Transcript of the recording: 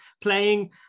playing